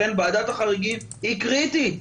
לכן ועדת החריגים היא קריטית.